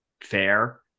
fair